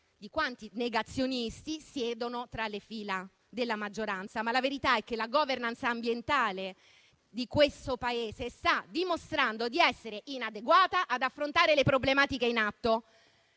di quanti negazionisti siedono tra le fila della maggioranza. La verità però è che la *governance* ambientale di questo Paese sta dimostrando di essere inadeguata ad affrontare le problematiche in atto.